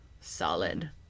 solid